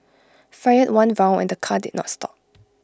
fired one round and the car did not stop